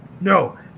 No